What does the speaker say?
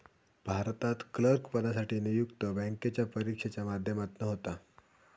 भारतात क्लर्क पदासाठी नियुक्ती बॅन्केच्या परिक्षेच्या माध्यमातना होता